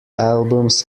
albums